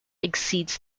exceeds